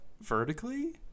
Vertically